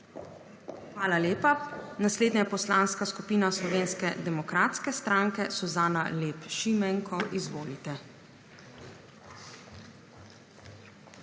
Hvala lepa. Naslednja je Poslanska skupina Slovenske demokratske stranke. Suzana Lep Šimenko, izvolite.